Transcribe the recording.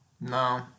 No